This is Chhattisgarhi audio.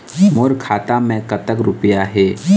मोर खाता मैं कतक रुपया हे?